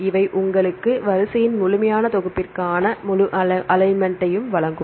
இவை உங்களுக்கு வரிசையின் முழுமையான தொகுப்பிற்கான முழு அலைன்மென்ட்டையும் வழங்கும்